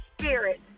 Spirit